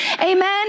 Amen